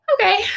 Okay